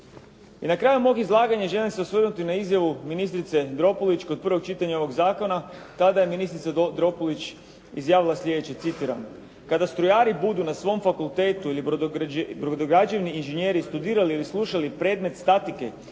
I na kraju mog izlaganja želim se osvrnuti na izjavu ministrice Dropulić kod prvog čitanja ovog zakona, tada je ministrica Dropulić izjavila sljedeće, citiram: "Kada strojari budu na svom fakultetu ili brodograđevni inženjeri studirali ili slušali predmet statike,